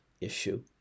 issue